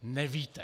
Nevíte.